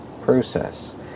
process